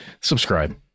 Subscribe